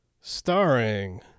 starring